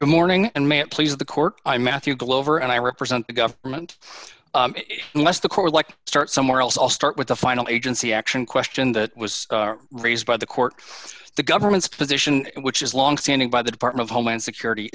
good morning and may it please the court i'm matthew globe are and i represent the government unless the court like starts somewhere else i'll start with the final agency action question that was raised by the court the government's position which is longstanding by the department of homeland security